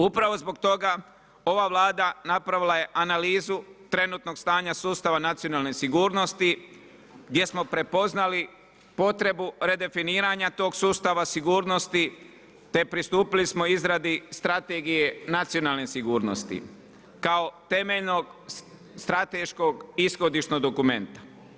Upravo zbog toga ova Vlada napravila je analizu trenutnog stanja sustava nacionalne sigurnosti gdje smo prepoznali potrebu redefiniranja tog sustava sigurnosti te pristupili smo izradi Strategije nacionalne sigurnosti kao temeljnog, strateškog, ishodišnog dokumenta.